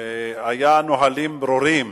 שהיו נהלים ברורים